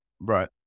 Right